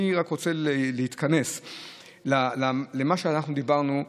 אני רק רוצה להתכנס למה שדיברנו עליו.